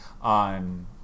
on